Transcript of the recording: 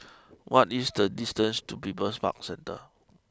what is the distance to People's Park Centre